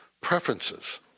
preferences